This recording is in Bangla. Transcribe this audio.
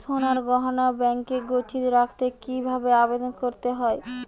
সোনার গহনা ব্যাংকে গচ্ছিত রাখতে কি ভাবে আবেদন করতে হয়?